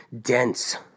dense